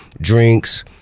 drinks